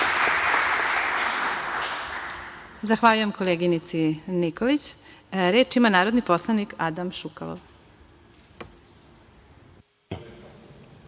Zahvaljujem, koleginici Nikolić. Reč ima narodni poslanik Adam Šukalo.